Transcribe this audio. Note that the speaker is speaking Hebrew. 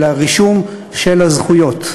של הרישום של הזכויות,